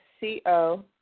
C-O